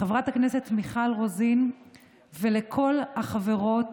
לחברת הכנסת מיכל רוזין ולכל החברות